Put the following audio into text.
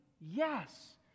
Yes